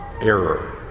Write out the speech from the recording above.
error